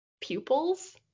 pupils